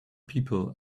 people